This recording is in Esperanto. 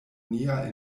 nia